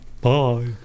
Bye